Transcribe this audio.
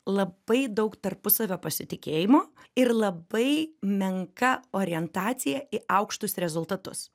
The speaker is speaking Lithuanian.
labai daug tarpusavio pasitikėjimo ir labai menka orientacija į aukštus rezultatus